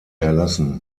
erlassen